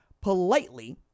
politely